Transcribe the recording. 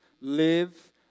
Live